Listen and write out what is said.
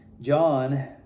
John